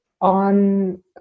on